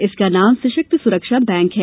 इसका नाम सशक्त सुरक्षा बैंक है